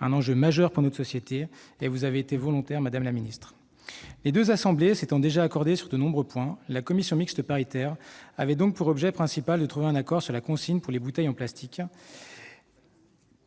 cet enjeu majeur pour notre société, vous avez fait montre, madame la secrétaire d'État, de volontarisme. Les deux assemblées s'étant déjà accordées sur de nombreux points, la commission mixte paritaire avait pour objet principal de trouver un accord sur la consigne pour les bouteilles en plastique,